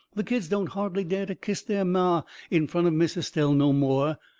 the kids don't hardly dare to kiss their ma in front of miss estelle no more,